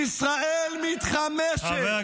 אדוני היושב-ראש, הייתי אומר